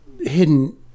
hidden